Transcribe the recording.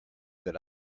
that